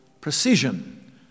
precision